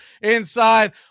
inside